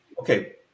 okay